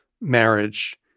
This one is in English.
marriage